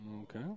Okay